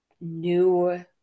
new